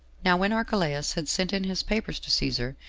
now when archelaus had sent in his papers to caesar,